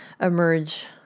emerge